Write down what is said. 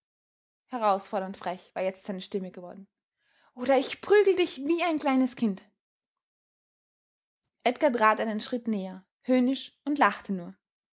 herausfordernd frech war jetzt seine stimme geworden oder ich prügel dich wie ein kleines kind edgar trat einen schritt näher höhnisch und lachte nur